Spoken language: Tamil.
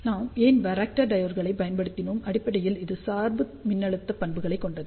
நாம் ஏன் வராக்டர் டையோட்களைப் பயன்படுத்தினோம் அடிப்படையில் இது சார்பு மின்னழுத்த பண்புகளை கொண்டது